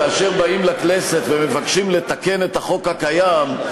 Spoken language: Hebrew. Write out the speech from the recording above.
כאשר באים לכנסת ומבקשים לתקן את החוק הקיים,